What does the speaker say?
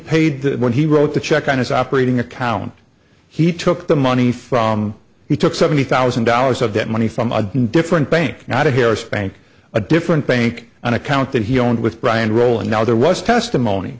paid when he wrote the check on his operating account he took the money from he took seventy thousand dollars of that money from a different bank not here spank a different bank an account that he owned with brian roll and now there was testimony